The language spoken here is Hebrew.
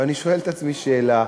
ואני שואל את עצמי שאלה,